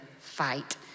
fight